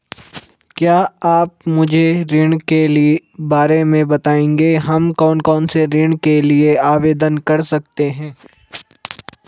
क्या आप मुझे ऋण के बारे में बताएँगे हम कौन कौनसे ऋण के लिए आवेदन कर सकते हैं?